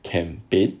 campaign